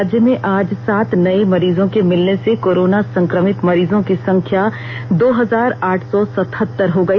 राज्य में आज सात नये मरीजों के मिलने से कोरोना संक्रमित मरीजों की संख्या दो हजार आठ सौ सतहत्तर हो गई